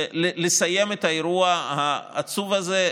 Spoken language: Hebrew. ולסיים את האירוע העצוב הזה,